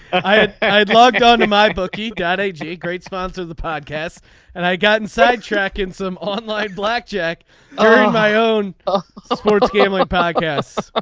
i had i had logged on to my bookie got a great sponsor of the podcast and i got inside track in some online blackjack earn my own ah sports gambling. i ah